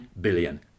billion